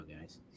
guys